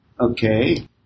Okay